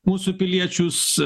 mūsų piliečius